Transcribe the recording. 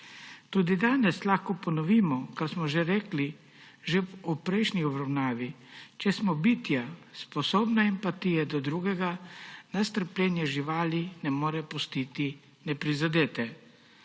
Tudi danes lahko ponovimo, kot smo že rekli ob prejšnji obravnavi, da če smo bitja sposobna empatije do drugega, nas trpljenje živali ne more pustiti neprizadete.